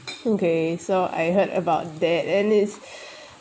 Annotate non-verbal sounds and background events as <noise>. okay so I heard about that and it's <breath>